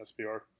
SBR